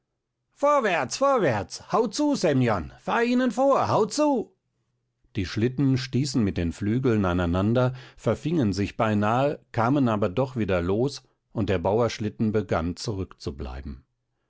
vorwärts vorwärts hau zu semjon fahr ihnen vor hau zu die schlitten stießen mit den flügeln aneinander verfingen sich beinahe kamen aber doch wieder los und der bauerschlitten begann zurückzubleiben